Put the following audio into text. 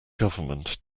government